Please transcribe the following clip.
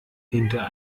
hinter